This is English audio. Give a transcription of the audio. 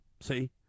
see